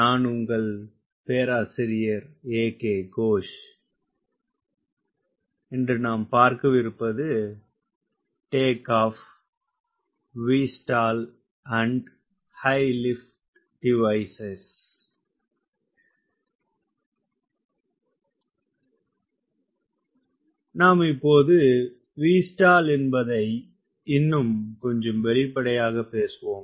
நாம் இப்போது Vstall என்பதை இன்னும் கொஞ்சம் வெளிப்படையாக பேசுவோம்